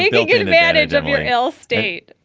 you know good to manage everything else state.